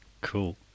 cool